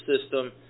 system